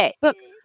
books